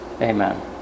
Amen